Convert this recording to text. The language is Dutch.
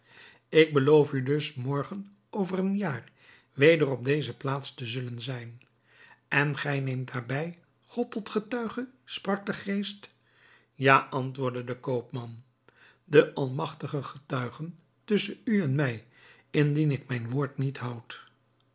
ik beloof u dus morgen over een jaar weder op deze plaats te zullen zijn en gij neemt daarbij god tot getuige sprak de geest ja antwoordde de koopman de almagtige getuige tusschen u en mij indien ik mijn woord niet houd